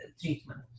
treatment